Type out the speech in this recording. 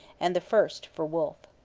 and the first for wolfe.